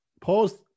pause